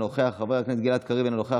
אינו נוכח,